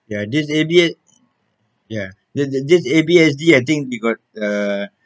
ya this A_B ya then t~ this A_B_S_D I think you got uh